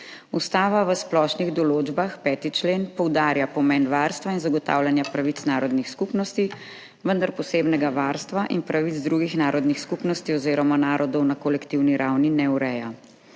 Ustava v splošnih določbah, 5. člen, poudarja pomen varstva in zagotavljanja pravic narodnih skupnosti, vendar posebnega varstva in pravic drugih narodnih skupnosti oziroma narodov na kolektivni ravni ne ureja.